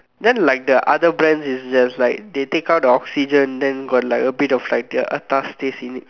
then like other brands is just like they take out the oxygen then got like abit of the like the Atas taste in it